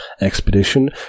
expedition